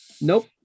Nope